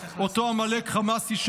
אותו עמלק חמאסי,